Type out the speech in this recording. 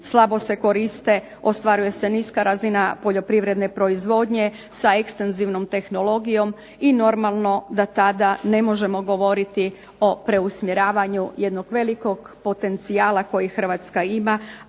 slabo se koriste, ostvaruje se niska razina poljoprivredne proizvodnje, sa ekstenzivnom tehnologijom i normalno da tada ne možemo govoriti o preusmjeravanju velikog potencijala kojeg Hrvatska ima